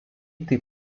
taip